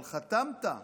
אבל חתמת.